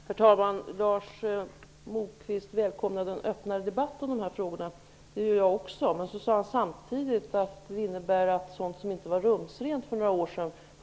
Herr talman! Lars Moquist välkomnade en öppnare debatt om dessa frågor. Det gör jag också. Men han sade samtidigt att det innebär att man nu får tala om sådant som inte var rumsrent för några år sedan.